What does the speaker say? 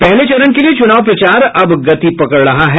पहले चरण के लिये चुनाव प्रचार अब गति पकड़ रही है